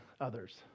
others